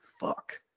fuck